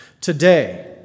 Today